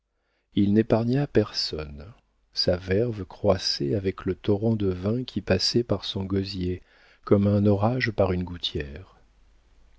il n'épargna personne sa verve croissait avec le torrent de vin qui passait par son gosier comme un orage par une gouttière